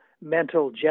mental